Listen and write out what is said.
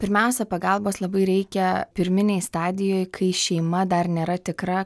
pirmiausia pagalbos labai reikia pirminėj stadijoj kai šeima dar nėra tikra